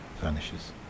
vanishes